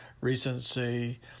recency